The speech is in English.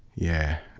yeah.